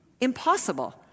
Impossible